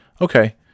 Okay